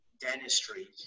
dentistry